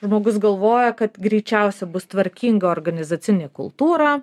žmogus galvoja kad greičiausia bus tvarkinga organizacinė kultūra